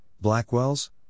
Blackwell's